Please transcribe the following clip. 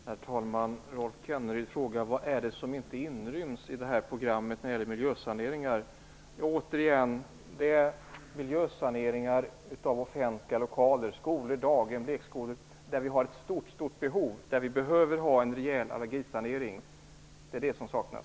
Herr talman! Rolf Kenneryd frågar vad som inte inryms i det här programmet när det gäller miljösaneringar. Återigen säger jag att det är miljösaneringar av offentliga lokaler, skolor, daghem och lekskolor. Där finns ett stort behov av en rejäl allergisanering. Det är det som saknas.